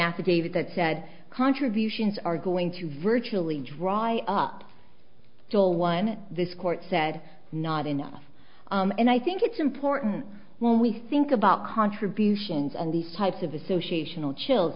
affidavit that said contributions are going to virtually dry up joel one this court said not enough and i think it's important when we think about contributions and these types of associational chill